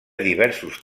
diversos